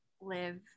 live